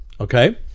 okay